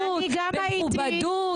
במכובדות,